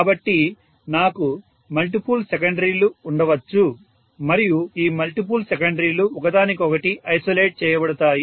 కాబట్టి నాకు మల్టిపుల్ సెకండరీలు ఉండవచ్చు మరియు ఈ మల్టిపుల్ సెకండరీలు ఒకదానికొకటి ఐసొలేట్ చేయబడతాయి